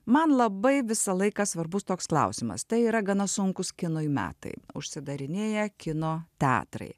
man labai visą laiką svarbus toks klausimas tai yra gana sunkūs kinui metai užsidarinėję kino teatrai